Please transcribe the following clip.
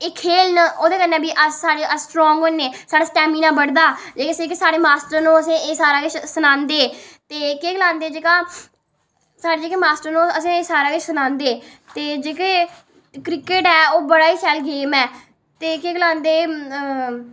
एह् खेल ओह्दे कन्नै बी अस स्ट्रांग होने साढ़ा स्टैमिना बढ़दा ते एह् जेह्के साढ़े मास्टर न ओह् असें गी एह् सारा किश सखांदे ते केह् गलांदे जेह्का साढ़े जेह्के मास्टर न ओह् असें गी सारा किश सनांदे कि जेह्का क्रिकेट ऐ ओह् बड़ी गै शैल गेम ऐ ते केह् गलांदे